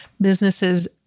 businesses